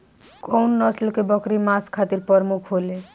कउन नस्ल के बकरी मांस खातिर प्रमुख होले?